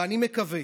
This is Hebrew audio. ואני מקווה